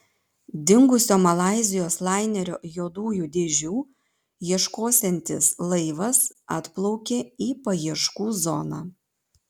dingusio malaizijos lainerio juodųjų dėžių ieškosiantis laivas atplaukė į paieškų zoną